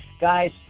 Guys